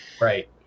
right